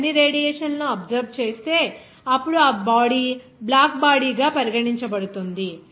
body అన్ని రేడియేషన్ల ను అబ్సర్బ్ చేస్తే అప్పుడు ఆ బాడీ బ్లాక్ బాడీ గా పరిగణించబడుతుంది